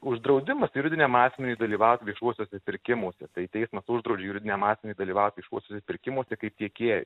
uždraudimas juridiniam asmeniui dalyvaut viešuosiuose pirkimuose tai teismas uždraudžia juridiniam asmeniui dalyvaut viešuosiuose pirkimuose kaip tiekėj